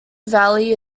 valley